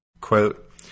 quote